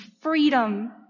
freedom